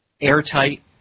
airtight